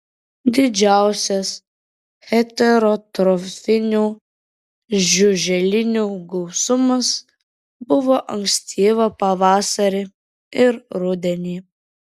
didžiausias heterotrofinių žiuželinių gausumas buvo ankstyvą pavasarį ir rudenį